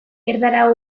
erdara